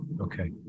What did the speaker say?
Okay